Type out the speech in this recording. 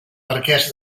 marquès